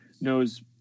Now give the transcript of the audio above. knows